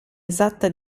esatta